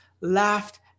laughed